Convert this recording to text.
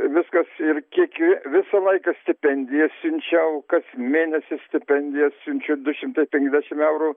viskas ir kieki visą laiką stipendijas siunčiau kas mėnesį stipendijas siunčiu du šimtai penkiasdešim eurų